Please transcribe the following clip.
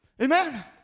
Amen